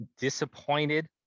disappointed